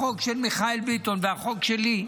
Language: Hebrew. החוק של מיכאל ביטון והחוק שלי,